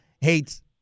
hates